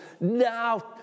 now